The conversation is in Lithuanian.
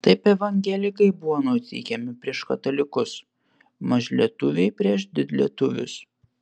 taip evangelikai buvo nuteikiami prieš katalikus mažlietuviai prieš didlietuvius